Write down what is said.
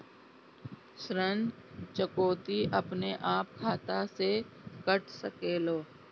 ऋण चुकौती अपने आप खाता से कट सकेला?